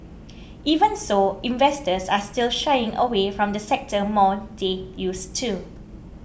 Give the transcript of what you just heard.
even so investors are still shying away from the sector more they used to